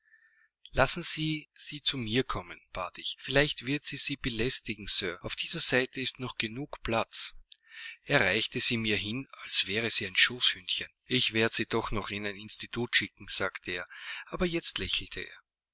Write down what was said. lassen sie sie zu mir kommen bat ich vielleicht wird sie sie belästigen sir auf dieser seite ist noch genug platz er reichte sie mir hin als wäre sie ein schoßhündchen ich werde sie doch noch in ein institut schicken sagte er aber jetzt lächelte er